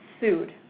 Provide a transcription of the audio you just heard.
sued